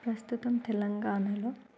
ప్రస్తుతం తెలంగాణలో